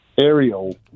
aerial